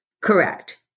Correct